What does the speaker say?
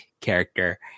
character